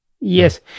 Yes